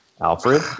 Alfred